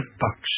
bucks